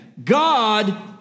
God